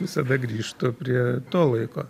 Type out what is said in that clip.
visada grįžtu prie to laiko